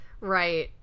right